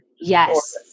Yes